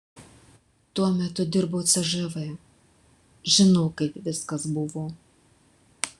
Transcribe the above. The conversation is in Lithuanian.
tuo metu dirbau cžv žinau kaip viskas buvo